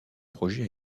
projet